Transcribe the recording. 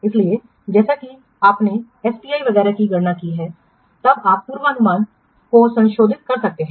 इसलिए जैसे ही आपने एसपीआई वगैरह की गणना की है तब आप पूर्वानुमान को संशोधित कर सकते हैं